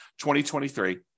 2023